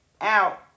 out